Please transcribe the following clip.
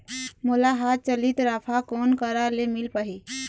मोला हाथ चलित राफा कोन करा ले मिल पाही?